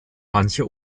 manche